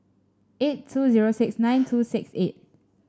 eight two zero six nine two six eight